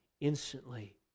instantly